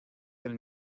del